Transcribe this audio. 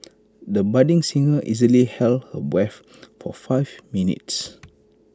the budding singer easily held her breath for five minutes